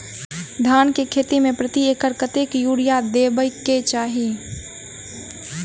धान केँ खेती मे प्रति एकड़ कतेक यूरिया देब केँ चाहि?